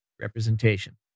representation